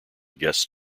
guest